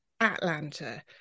Atlanta